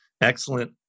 Excellent